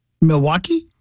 Milwaukee